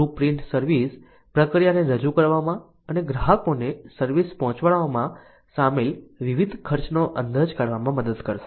blueprint service પ્રક્રિયાને રજૂ કરવામાં અને ગ્રાહકોને સર્વિસ પહોંચાડવામાં સામેલ વિવિધ ખર્ચનો અંદાજ કાઢવામાં મદદ કરશે